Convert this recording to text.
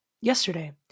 yesterday